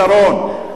ואני אומר לך,